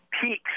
peaks